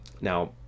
now